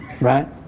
Right